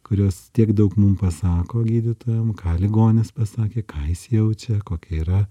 kurios tiek daug mums pasako gydytojam ką ligonis pasakė ką jis jaučia kokia yra